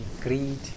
greed